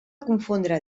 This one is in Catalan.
confondre